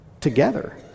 together